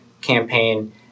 campaign